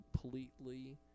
completely